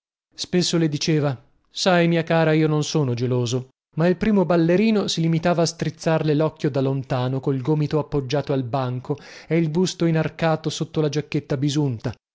spesso le diceva sai mia cara io non sono geloso ma il primo ballerino si limitava a strizzarle locchio da lontano col gomito appoggiato al banco e il busto inarcato sotto la giacchetta bisunta